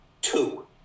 Two